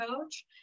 coach